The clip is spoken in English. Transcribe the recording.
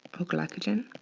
or glycogen.